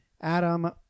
Adam